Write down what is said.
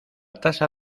tasa